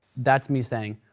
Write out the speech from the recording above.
that's me saying,